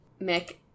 Mick